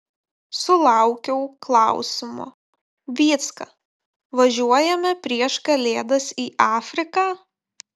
sulaukiau klausimo vycka važiuojame prieš kalėdas į afriką